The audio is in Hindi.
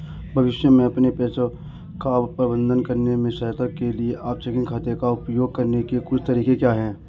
भविष्य में अपने पैसे का प्रबंधन करने में सहायता के लिए आप चेकिंग खाते का उपयोग करने के कुछ तरीके क्या हैं?